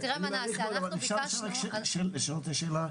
אפשר את השאלה,